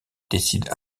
décide